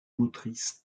motrices